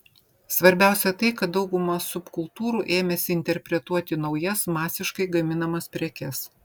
svarbiausia tai kad dauguma subkultūrų ėmėsi interpretuoti naujas masiškai gaminamas prekes